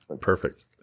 Perfect